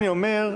אני אומר,